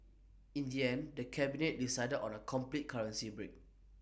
in the end the cabinet decided on A complete currency break